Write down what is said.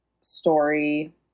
story